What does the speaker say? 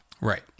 Right